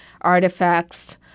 artifacts